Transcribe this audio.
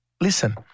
listen